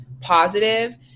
positive